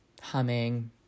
humming